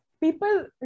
People